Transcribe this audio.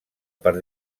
per